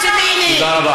תודה רבה.